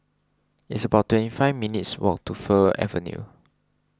it's about twenty five minutes' walk to Fir Avenue